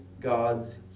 God's